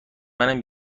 منم